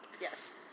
Yes